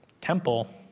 temple